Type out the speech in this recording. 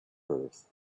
earth